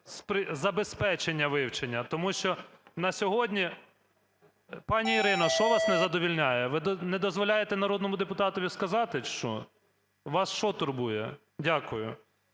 "забезпечення вивчення". Тому що на сьогодні… Пані Ірино, що вас не задовольняє? Ви не дозволяєте народному депутатові сказати чи що? Вас що турбує? Дякую.